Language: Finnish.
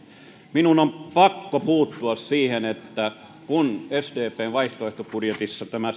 minun on pakko puuttua siihen kun sdpn vaihtoehtobudjetissa on tämä